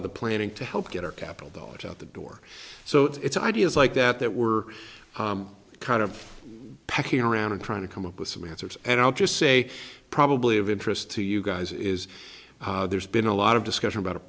of the planning to help get our capital dollars out the door so it's ideas like that that we're kind of pecking around and trying to come up with some answers and i'll just say probably of interest to you guys is there's been a lot of discussion about a